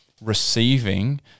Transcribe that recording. receiving